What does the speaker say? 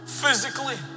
physically